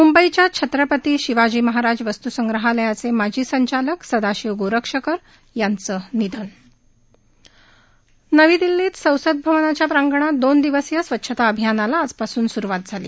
मुंबईच्या छत्रपती शिवाजी महाराज वस्तूसंग्रहालयाचे माजी संचालक सदाशिव गोरक्षकर यांचं निधन नवी दिल्लीत संसद भवनाच्या प्रांगणात दोन दिवसीय स्वच्छता अभियानाला आजपासून सुरुवात झाली